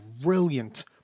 brilliant